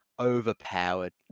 Overpowered